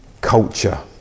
culture